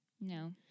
No